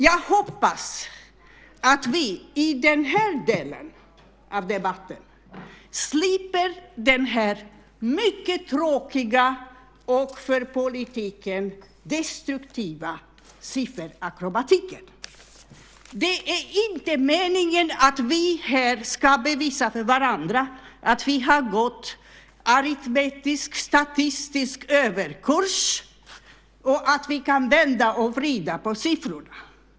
Jag hoppas att vi i den här delen av debatten slipper den här mycket tråkiga och för politiken destruktiva sifferakrobatiken. Det är inte meningen att vi här ska bevisa för varandra att vi har gått aritmetisk-statistisk överkurs och att vi kan vända och vrida på siffrorna.